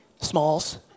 Smalls